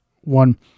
one